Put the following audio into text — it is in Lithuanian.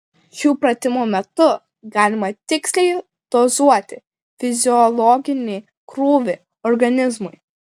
šių pratimų metu galima tiksliai dozuoti fiziologinį krūvį organizmui